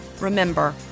Remember